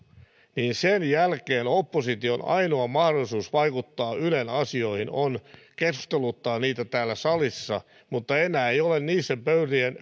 niin sen jälkeen opposition ainoa mahdollisuus vaikuttaa ylen asioihin on keskusteluttaa niitä täällä salissa mutta enää se ei ole ollenkaan niiden pöytien